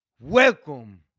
Welcome